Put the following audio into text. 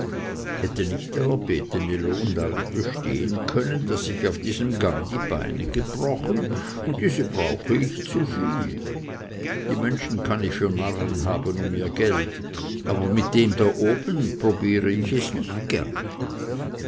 hätte nicht der erbetene lohn darin bestehen können daß ich auf diesem gang die beine gebrochen und diese brauche ich zuviel die menschen kann ich für narren haben um ihr geld aber mit dem da oben probiere ich es nicht gerne